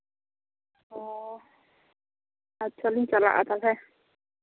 ᱚ ᱟᱪᱪᱷᱟ ᱞᱤᱧ ᱪᱟᱞᱟᱜᱼᱟ ᱛᱟᱦᱚᱞᱮ